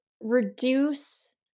reduce